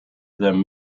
them